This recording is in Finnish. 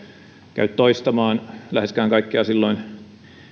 käy toistamaan läheskään kaikkea silloin